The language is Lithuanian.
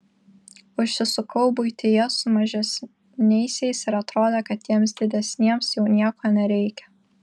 užsisukau buityje su mažesniaisiais ir atrodė kad tiems didesniems jau nieko nereikia